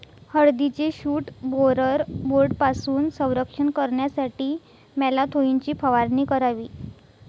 हळदीचे shoot borer बोर्डपासून संरक्षण करण्यासाठी मॅलाथोईनची फवारणी करावी